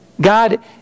God